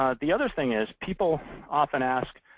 the other thing is people often ask,